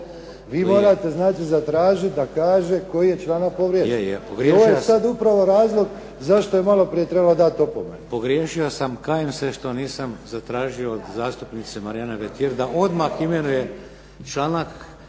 Vi morate znati zatražiti da kaže koji je članak povrijeđen. To je sad upravo razlog zašto je maloprije trebalo dati opomenu. **Šeks, Vladimir (HDZ)** Pogriješio sam. Kajem se što nisam zatražio od zastupnice Marijane Petir da odmah imenuje članak,